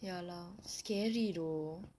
ya lah scary though